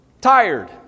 tired